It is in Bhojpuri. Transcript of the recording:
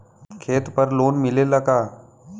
खेत पर लोन मिलेला का?